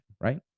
right